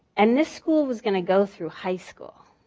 and this school was going to go through high school.